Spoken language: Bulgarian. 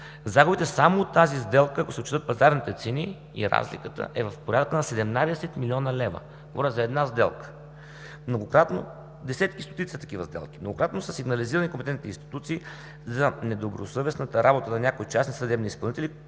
Загубите само от тази сделка, ако се отчетат пазарните цени и разликата, е в порядъка на 17 млн. лева. Говоря за една сделка – десетки, стотици са такива сделки. Многократно са сигнализирани компетентните институции за недобросъвестната работа на някои частни съдебни изпълнители,